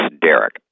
Derek